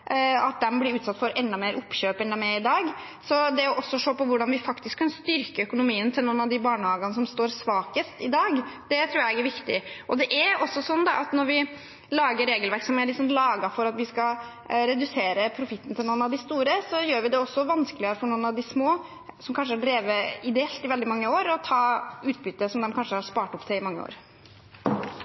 at de blir utsatt for enda mer oppkjøp enn de er i dag. Det også å se på hvordan vi faktisk kan styrke økonomien til noen av de barnehagene som står svakest i dag, tror jeg er viktig. Det er også sånn at når vi lager regelverk som er litt sånn laget for at vi skal redusere profitten til noen av de store, gjør vi det også vanskeligere for noen av de små, som kanskje har drevet ideelt i veldig mange år, å ta utbytte som de kanskje har spart opp til i mange år.